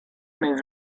move